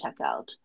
checkout